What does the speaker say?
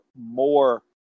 more